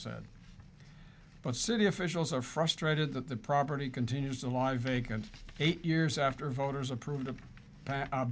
said but city officials are frustrated that the property continues to lie vacant eight years after voters